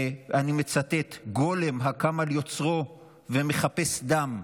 ואני מצטט, לגולם הקם על יוצרו ומחפש דם,